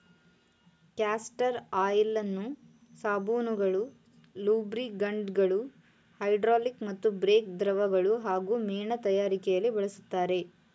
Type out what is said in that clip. castor ಆಯಿಲನ್ನು ಸಾಬೂನುಗಳು ಲೂಬ್ರಿಕಂಟ್ಗಳು ಹೈಡ್ರಾಲಿಕ್ ಮತ್ತು ಬ್ರೇಕ್ ದ್ರವಗಳು ಹಾಗೂ ಮೇಣ ತಯಾರಿಕೆಲಿ ಬಳಸ್ತರೆ